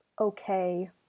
okay